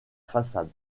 façade